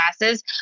classes